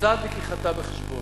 לצד לקיחתה בחשבון.